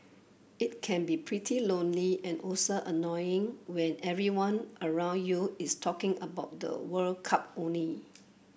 it can be pretty lonely and also annoying when everyone around you is talking about the World Cup only